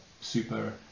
super